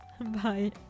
bye